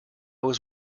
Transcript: was